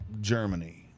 Germany